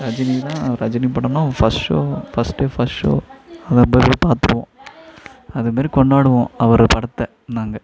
ரஜினினால் ரஜினி படனால் first show first day first show அவரை போய் போய் பார்த்துருவோம் அதேமாரி கொண்டாடுவோம் அவர் படத்தை நாங்கள்